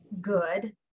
good